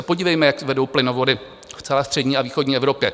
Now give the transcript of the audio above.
Podívejme se, jak vedou plynovody v celé střední a východní Evropě.